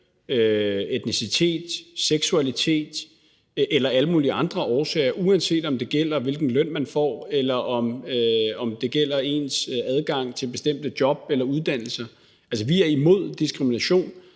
etnicitet, seksualitet eller alle mulige andre årsager, uanset om det gælder, hvilken løn man får, eller om det gælder ens adgang til bestemte job eller uddannelser. Vi er imod diskrimination,